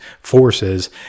forces